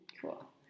Cool